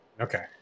Okay